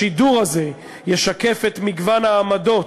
השידור הזה ישקף את מגוון העמדות,